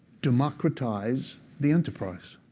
democratize the enterprise.